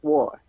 War